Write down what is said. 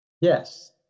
Yes